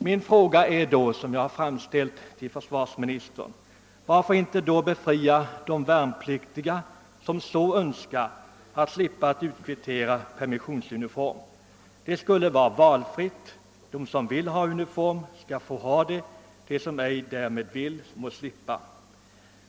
Den fråga som jag ställde till försvarsministern var då: Varför inte befria de värnpliktiga som så önskar från skyldigheten att kvittera ut permissionsuniform? De som vill ha sådan skulle få ha den, de som inte vill får slippa.